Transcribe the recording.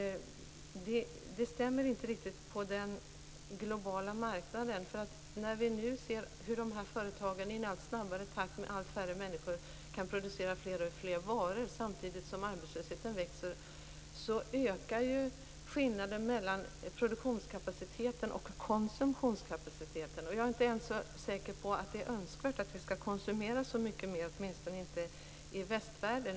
Det stämmer inte riktigt på den globala marknaden. Vi ser hur dessa företag i en allt snabbare takt med allt färre människor kan producera fler och fler varor samtidigt som arbetslösheten växer. Skillnaden mellan produktionskapaciteten och konsumtionskapaciteten ökar. Jag är inte ens säker på att det är önskvärt att vi konsumerar så mycket mer, åtminstone inte i västvärlden.